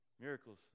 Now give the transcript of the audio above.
Miracles